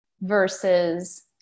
versus